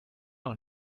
noch